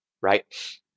right